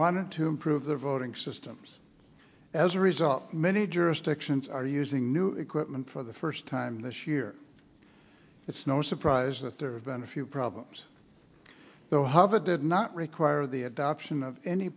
want to improve their voting systems as a result many jurisdictions are using new equipment for the first time this year it's no surprise that there have been a few problems though however did not require the adoption of any